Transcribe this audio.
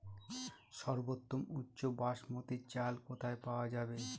সর্বোওম উচ্চ বাসমতী চাল কোথায় পওয়া যাবে?